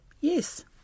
yes